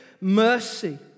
mercy